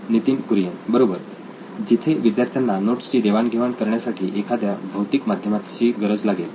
नितीन कुरियन बरोबर जिथे विद्यार्थ्यांना नोट्सची देवाण घेवाण करण्यासाठी एखाद्या भौतिक माध्यमाची गरज लागेल